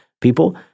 people